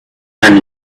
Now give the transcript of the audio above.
and